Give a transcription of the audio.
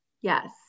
Yes